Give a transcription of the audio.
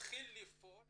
החל לפעול